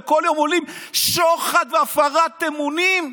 וכל יום עולים שוחד והפרת אמונים?